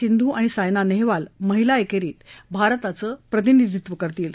सिंधु आणि सायना नहिबाल महिला एक्रींत भारताच प्रितिनिधित्व करतील